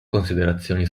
considerazioni